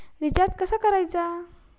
Recharge कसा करायचा?